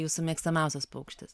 jūsų mėgstamiausias paukštis